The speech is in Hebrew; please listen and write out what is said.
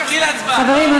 חברים,